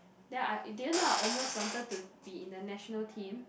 then I that's why I almost wanted to be in the national team